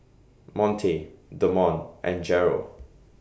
Monte Demond and Jeryl